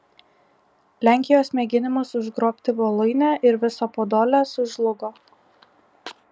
lenkijos mėginimas užgrobti voluinę ir visą podolę sužlugo